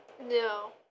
No